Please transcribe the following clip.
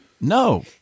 No